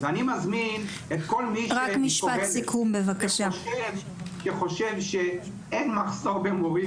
אני מזמין כל מי מפורום קהלת שחושב שאין מחסור במורים